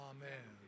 Amen